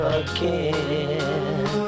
again